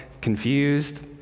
confused